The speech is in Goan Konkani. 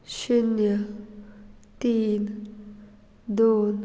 शुन्य तीन दोन